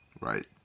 Right